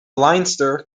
leinster